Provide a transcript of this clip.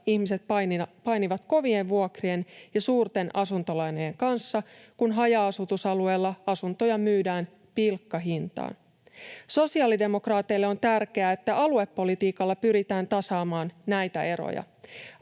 ihmiset painivat kovien vuokrien ja suurten asuntolainojen kanssa, kun haja-asutusalueilla asuntoja myydään pilkkahintaan. Sosiaalidemokraateille on tärkeää, että aluepolitiikalla pyritään tasaamaan näitä eroja.